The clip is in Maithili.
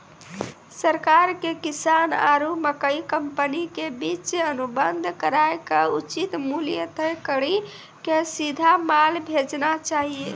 सरकार के किसान आरु मकई कंपनी के बीच अनुबंध कराय के उचित मूल्य तय कड़ी के सीधा माल भेजना चाहिए?